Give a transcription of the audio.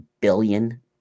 billion